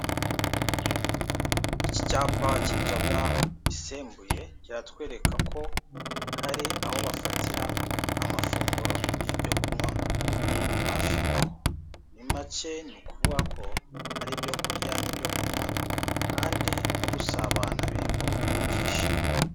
Iki cyapa cy'inzoga isembuye kiratwereka ko hari aho bafatira amafunguro y'ibyo kunywa hafi aho, muri make ni ukuvuga ko hari ibyo kurya n'ibyo kunywa kandi no gusabana birimo ibyishimo.